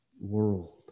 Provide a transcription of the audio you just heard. world